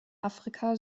afrika